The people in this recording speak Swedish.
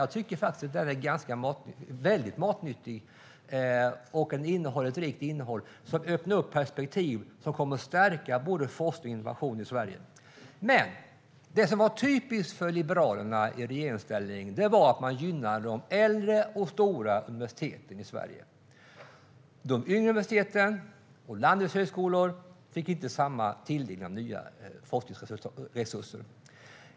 Jag tycker faktiskt att den är matnyttig och har ett rikt innehåll som öppnar upp perspektiv som kommer att stärka både forskning och innovation i Sverige. Det som var typiskt för Liberalerna i regeringsställning var att man gynnade de äldre och stora universiteten i Sverige. De yngre universiteten och landets högskolor fick inte samma tilldelning av nya forskningsresurser.